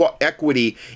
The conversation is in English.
equity